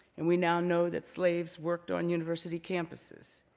and we now know that slaves worked on university campuses.